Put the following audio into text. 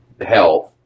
health